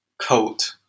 coat